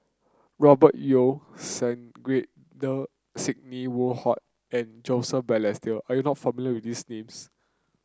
Robert Yeo Sandrasegaran Sidney Woodhull and Joseph Balestier are you not familiar with these names